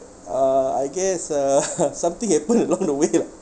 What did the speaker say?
uh I guess uh something happened along the way lah